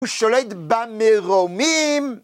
הוא שולט במרומים!